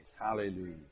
Hallelujah